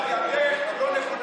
הדרך לא נכונה.